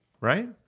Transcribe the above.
Right